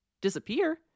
disappear